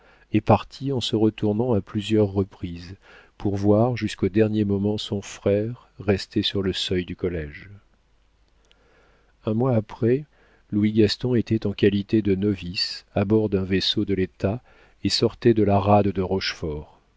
et partit en se retournant à plusieurs reprises pour voir jusqu'au dernier moment son frère resté sur le seuil du collége un mois après louis gaston était en qualité de novice à bord d'un vaisseau de l'état et sortait de la rade de